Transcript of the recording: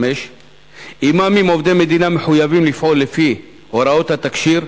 5. אימאמים עובדי מדינה מחויבים לפעול לפי הוראות התקשי"ר,